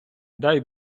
дай